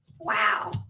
Wow